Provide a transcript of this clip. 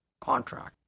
contract